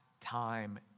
time